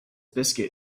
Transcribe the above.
biscuit